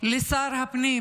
לשר הפנים,